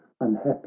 unhappy